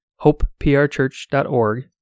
hopeprchurch.org